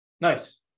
Nice